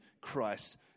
Christ